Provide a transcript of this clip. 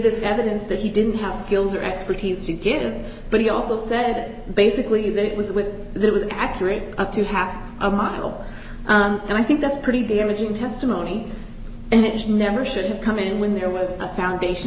this evidence that he didn't have skills or expertise to give but he also said basically that it was when there was an accurate up to half a mile and i think that's pretty damaging testimony and it never should have come in when there was a foundation